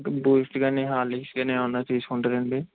Boost కాని Horlicks కాని ఏమన్నా తీసుకుంటారా అండి